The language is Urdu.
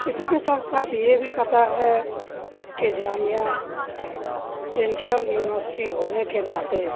اسی کے ساتھ ساتھ یہ بھی پتہ ہے کہ جامعہ سینٹرل یونیورسٹی ہونے کے ناطے